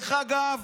אחר כך,